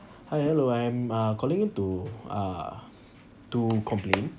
hi hello I'm uh calling in to uh to complain